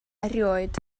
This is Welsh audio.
erioed